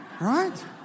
Right